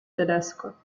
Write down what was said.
tedesco